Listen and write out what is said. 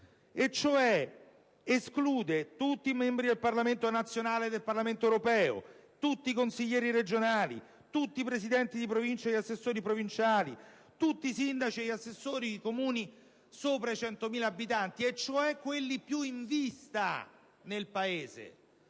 e, cioè, esclude tutti i membri del Parlamento nazionale e del Parlamento europeo, tutti i consiglieri regionali, tutti i presidenti di Provincia e gli assessori provinciali, tutti i sindaci e gli assessori di Comuni sopra i 100.000 abitanti, e cioè quelli più in vista nel Paese.